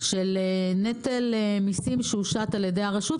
של נטל מיסים שהושת על ידי הרשות.